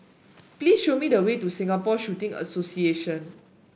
please show me the way to Singapore Shooting Association